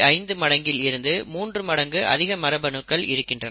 5 மடங்கில் இருந்து 3 மடங்கு அதிக மரபணுக்கள் இருக்கின்றன